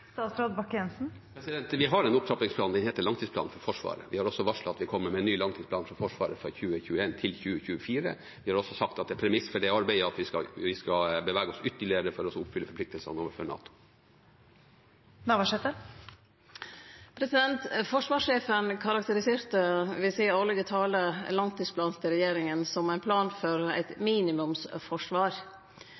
Vi har en opptrappingsplan. Den heter Langtidsplanen for Forsvaret. Vi har også varslet at vi kommer med en ny langtidsplan for Forsvaret for 2021–2024. Vi har også sagt at et premiss for det arbeidet er at vi skal bevege oss ytterligere for å oppfylle forpliktelsene overfor NATO. Forsvarssjefen karakteriserte i den årlege talen sin langtidsplanen til regjeringa som ein plan for eit